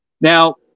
Now